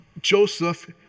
Joseph